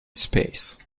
space